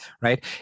right